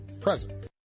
present